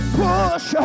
push